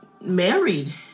married